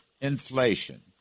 inflation